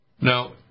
Now